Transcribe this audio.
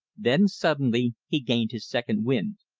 then suddenly he gained his second wind.